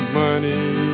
money